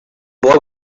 boy